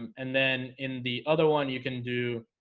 and then in the other one you can do